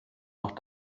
noch